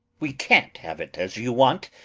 we can't have it as you want,